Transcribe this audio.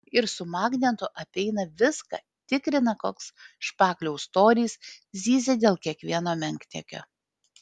ir su magnetu apeina viską tikrina koks špakliaus storis zyzia dėl kiekvieno menkniekio